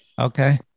Okay